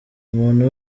umuntu